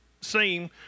seem